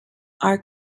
are